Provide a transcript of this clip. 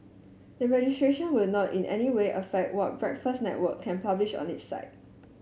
the registration will not in any way affect what Breakfast Network can publish on its site